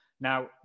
Now